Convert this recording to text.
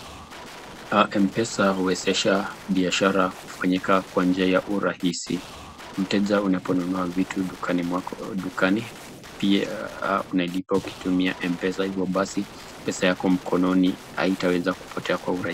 M-pesa huwezesha biashara kufanyika kwa njia ya urahisi, mteja unaponunua vitu dukani mwako, pia analipa akitumia M-pesa , hivyo basi pesa yako mkononi, haitaweza kupotea kwa urahisi.